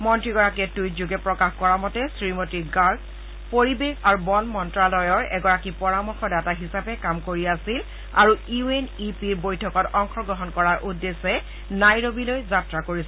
মন্ত্ৰীগৰাকীয়ে টুইটযোগে প্ৰকাশ কৰা মতে শ্ৰীমতী গাৰ্গ পৰিৱেশ আৰু বন মন্ত্যালয়ৰ এগৰাকী পৰামৰ্শদাতা হিচাপে কাম কৰি আছিল আৰু ইউ এন ই পিৰ বৈঠকত অংশগ্ৰহণ কৰাৰ উদ্দেশ্যে নাইৰবিলৈ যাত্ৰা কৰিছিল